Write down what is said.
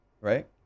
right